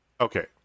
Okay